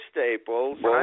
Staples